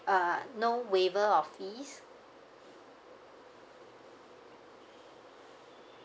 uh no waiver of fees